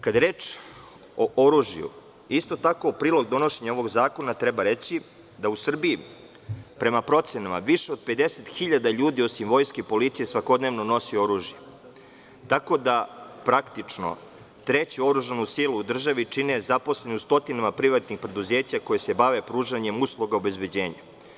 Kada je reč o oružju, isto tako u prilog donošenja ovog zakona treba reći da u Srbiji, prema procenama, više od 50.000ljudi, osim vojske i policije, svakodnevno nosi oružje, tako da praktično treću oružanu silu udržavi čine zaposleni u stotinama privatnih preduzeća koja se bave pružanjem usluga obezbeđenja.